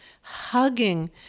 hugging